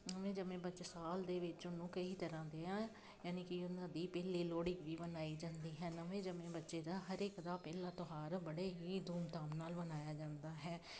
ਨਵੇਂ ਜੰਮੇ ਬੱਚੇ ਸਾਲ ਦੇ ਵਿੱਚ ਉਹਨੂੰ ਕਈ ਤਰ੍ਹਾਂ ਦੀਆਂ ਯਾਨੀ ਕਿ ਉਹਨਾਂ ਦੀ ਪਹਿਲੀ ਲੋਹੜੀ ਵੀ ਮਨਾਈ ਜਾਂਦੀ ਹੈ ਨਵੇਂ ਜੰਮੇ ਬੱਚੇ ਦਾ ਹਰ ਇੱਕ ਦਾ ਪਹਿਲਾ ਤਿਉਹਾਰ ਬੜੇ ਹੀ ਧੂਮਧਾਮ ਨਾਲ ਮਨਾਇਆ ਜਾਂਦਾ ਹੈ